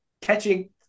catching